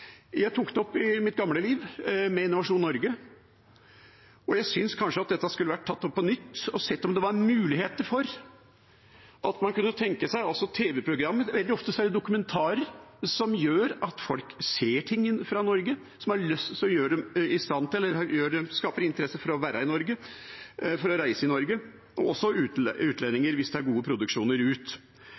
Jeg tok det opp, i mitt gamle liv, med Innovasjon Norge, og jeg synes kanskje at dette skulle vært tatt opp på nytt for å se hvilke muligheter man har, f.eks. når det gjelder tv-programmer. Veldig ofte er det dokumentarer som gjør at folk ser ting fra Norge, som skaper interesse for å være i Norge, for å reise i Norge – også utlendinger hvis det er gode produksjoner som går ut.